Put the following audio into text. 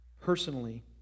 Personally